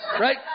right